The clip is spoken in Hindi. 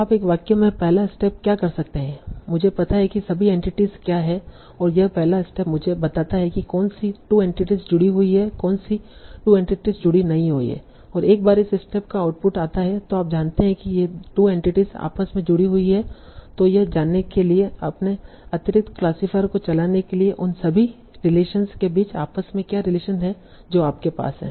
आप एक वाक्य में पहला स्टेप क्या कर सकते है मुझे पता है कि सभी एंटिटीस क्या हैं और यह पहला स्टेप मुझे बताता है कि कौन सी 2 एंटिटी जुड़ी हुई हैं और कौनसी 2 एंटिटी जुड़ी नहीं हैं और एक बार इस स्टेप का आउटपुट आता हैं तों आप जानते हैं कि ये 2 एंटिटी आपस में जुड़ी हुई हैं तों यह जानने के लिए अपने अतिरिक्त क्लासिफायर को चलाते हैं कि उन सभी रिलेशनस के बीच आपस में क्या रिलेशन है जो आपके पास हैं